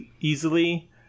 easily